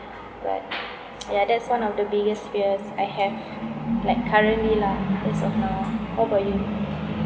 but ya that's one of the biggest fears I have like currently lah as of now how about you